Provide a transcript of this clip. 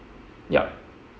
yup